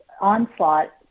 onslaught